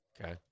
Okay